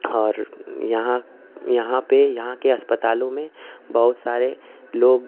और यहाँ यहाँ पर यहाँ के अस्पतालों में बहुत सारे लोग